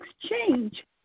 exchange